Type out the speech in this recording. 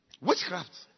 Witchcraft